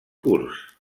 curts